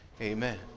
Amen